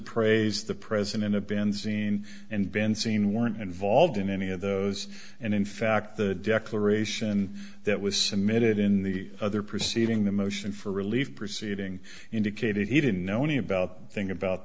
praise the president of benzene and benzene weren't involved in any of those and in fact the declaration that was submitted in the other proceeding the motion for relief proceeding indicated he didn't know any about thing about